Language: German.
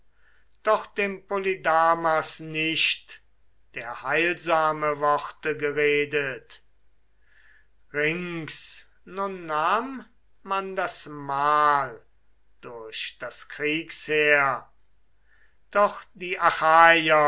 doch dem polydamas nicht der heilsame worte geredet rings nun nahm man das mahl durch das kriegsheer doch die